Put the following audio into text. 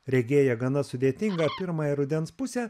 regėję gana sudėtingą pirmąją rudens pusę